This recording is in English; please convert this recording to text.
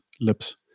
lips